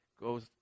goes